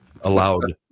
Allowed